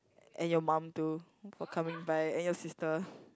and your mum too for coming by and your sister